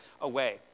away